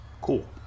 Cool